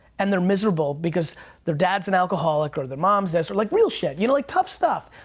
and they're miserable because their dad's an alcoholic or their mom's this or like real shit. you know, like tough stuff.